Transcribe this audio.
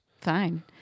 Fine